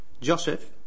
Joseph